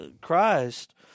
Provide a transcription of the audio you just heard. Christ